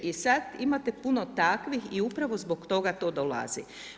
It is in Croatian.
I sad imate puno takvih i upravo zbog toga to dolazi.